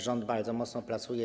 Rząd bardzo mocno pracuje.